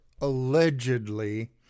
allegedly